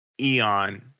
eon